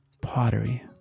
pottery